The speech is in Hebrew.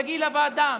תגיעי לוועדה.